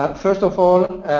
um first of all,